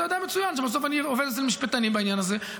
אתה יודע מצוין שבסוף אני עובד אצל משפטנים בעניין הזה,